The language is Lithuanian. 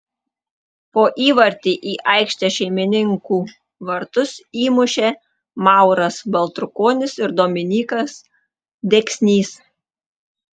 po įvartį į aikštės šeimininkų vartus įmušė mauras baltrukonis ir dominykas deksnys